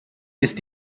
ist